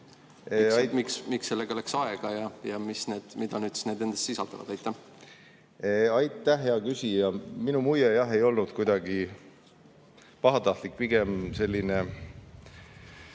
Miks sellega läks aega ja mida need endas sisaldavad? Aitäh, hea küsija! Minu muie jah ei olnud kuidagi pahatahtlik, pigem selline